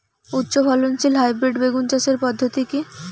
উচ্চ ফলনশীল হাইব্রিড বেগুন চাষের পদ্ধতি কী?